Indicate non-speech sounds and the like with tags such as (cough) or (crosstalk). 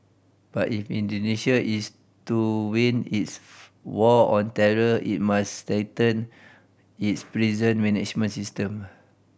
but if Indonesia is to win its (unintelligible) war on terror it must strengthen its prison management system